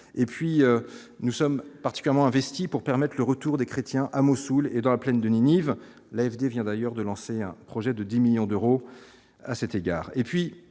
et puis nous sommes particulièrement investi pour permette le retour des chrétiens à Mossoul et dans la plaine de Ninive, l'AFD vient d'ailleurs de lancer un projet de 10 millions d'euros à cet égard